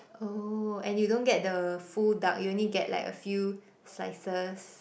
oh and you don't get the full duck you only get like a few slices